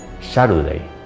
Saturday